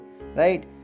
right